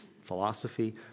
philosophy